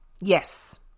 Yes